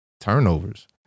turnovers